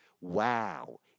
Wow